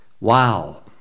wow